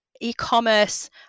e-commerce